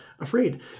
afraid